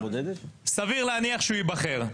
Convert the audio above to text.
סביר להניח שהוא ייבחר,